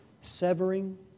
severing